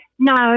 No